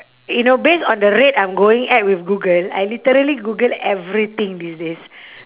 you know based on the rate I'm going at with google I literally google everything these days